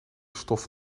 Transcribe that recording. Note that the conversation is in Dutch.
stof